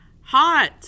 hot